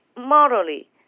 morally